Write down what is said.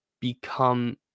become